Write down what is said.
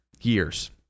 years